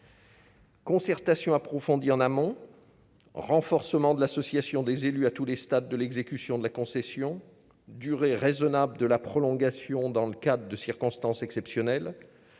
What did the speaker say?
Concertation approfondie en amont, renforcement de l'association des élus à tous les stades de l'exécution de la concession durée raisonnable de la prolongation dans le cas de circonstances exceptionnelles,